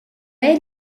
era